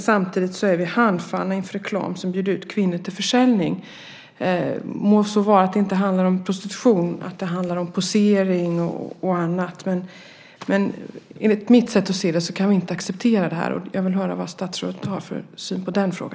Samtidigt står vi handfallna inför reklam som bjuder ut kvinnor till försäljning. Må så vara att det inte handlar om prostitution, att det handlar om posering och annat, men enligt mitt sätt att se kan vi inte acceptera det, och jag vill därför höra statsrådets syn på detta.